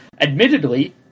admittedly